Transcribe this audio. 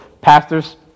pastor's